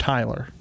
Tyler